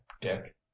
dick